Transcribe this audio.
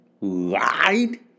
lied